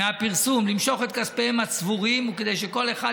מהפרסום למשוך את כספיהם הצבורים כדי שכל אחד